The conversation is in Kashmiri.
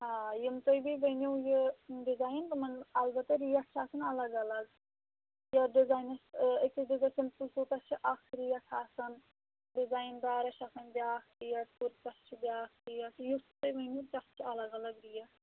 آ یِم تُہۍ بیٚیہِ ؤنِو یہِ ڈِزایِن تِمَن البتہ ریٹ چھِ آسَان الگ الگ یَتھ ڈِزاینَس أکِس دِژ سِمپٕل سوٗٹس چھِ اَکھ ریٹ آسَان ڈِزایِن دارَس چھِ آسان بیٛاکھ ریٹ کُرتس چھِ بیٛاکھ ریٹ یُس تُہۍ ؤنِو تَتھ چھُ الگ الگ ریٹ